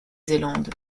zélande